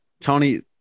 Tony